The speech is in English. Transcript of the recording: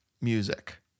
music